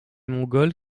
mongols